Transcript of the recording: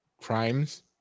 Crimes